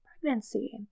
pregnancy